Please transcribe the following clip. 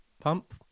pump